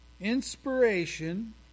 Inspiration